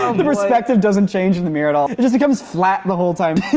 um the respective doesn't change in the mirror at all it just becomes flat the whole time.